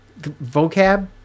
vocab